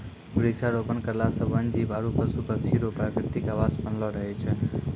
वृक्षारोपण करला से वन जीब आरु पशु पक्षी रो प्रकृतिक आवास बनलो रहै छै